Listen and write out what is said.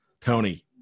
Tony